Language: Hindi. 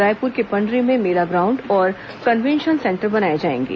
रायपुर के पंडरी में मेला ग्राउंड और कन्वेनशन सेंटर बनाए जाएंगे